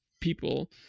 people